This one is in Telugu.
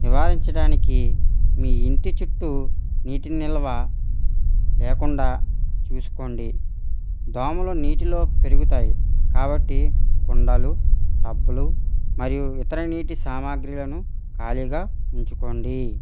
నివారించడానికి మీ ఇంటి చుట్టు నీటి నిల్వ లేకుండా చూసుకోండి దోమలు నీటిలో పెరుగుతాయి కాబట్టి కుండలు టబ్బులు మరియు ఇతర నీటి సామగ్రీలను ఖాళీగా ఉంచుకోండి